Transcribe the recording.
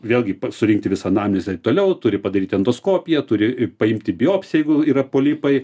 vėlgi surinkti visą anamnezę toliau turi padaryti endoskopiją turi paimti biopsiją jeigu yra polipai